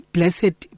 Blessed